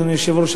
אדוני היושב-ראש,